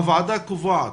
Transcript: הוועדה קובעת,